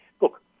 Look